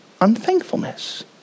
Unthankfulness